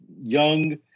young